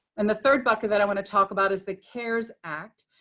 and the third bucket that i want to talk about is the cares act.